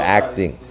acting